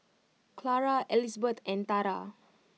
Clara Elizbeth and Tarah